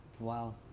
Wow